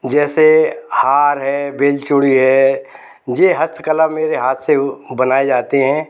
जैसे हार है बेलचुड़ी है ये हस्तकला मेरे हाथ से बनाए जाते हैं